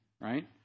right